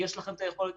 יש לכם את היכולת.